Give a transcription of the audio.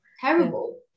terrible